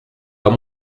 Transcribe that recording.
dans